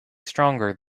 stronger